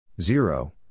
Zero